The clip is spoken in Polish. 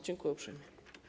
Dziękuję uprzejmie.